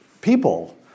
people